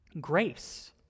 grace